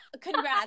congrats